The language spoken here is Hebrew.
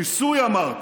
ניסוי אמרת,